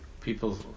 people